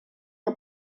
que